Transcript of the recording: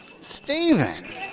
Stephen